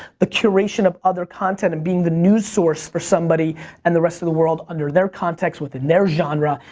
the curation of other content and being the news source for somebody and the rest of the world, under their context, within their genre,